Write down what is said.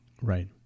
Right